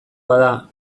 bada